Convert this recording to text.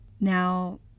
Now